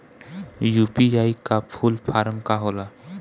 UPI का full form का होला?